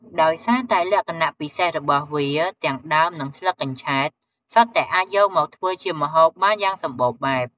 ដោយសារតែលក្ខណៈពិសេសរបស់វា ទាំងដើម និងស្លឹកកញ្ឆែតសុទ្ធតែអាចយកមកធ្វើជាម្ហូបបានយ៉ាងសម្បូរបែប។